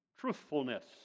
truthfulness